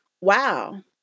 Wow